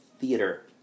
theater